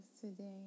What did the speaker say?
today